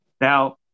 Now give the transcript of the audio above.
Now